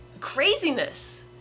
craziness